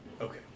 Okay